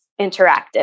interactive